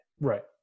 Right